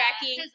tracking